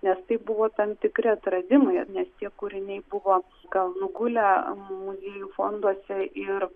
nes tai buvo tam tikri atradimai nes jie kūriniai buvo gal nugulę muziejų fonduose ir